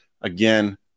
Again